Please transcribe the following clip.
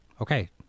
Okay